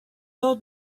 old